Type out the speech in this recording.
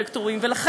עזוב,